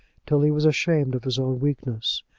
till he was ashamed of his own weakness.